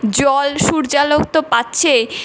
জল সূর্যালোক তো পাচ্ছেই